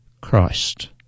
Christ